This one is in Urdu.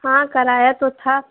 ہاں کرایا تو تھا